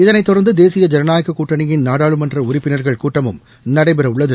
இதனைத் தொடர்ந்து தேசிய ஜனநாயகக் கூட்டணியின் நாடாளுமன்ற உறுப்பினர்கள் கூட்டமும் நடைபெறவுள்ளது